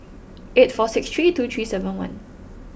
eight four six three two three seven one